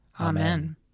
Amen